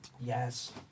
Yes